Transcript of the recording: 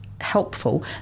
helpful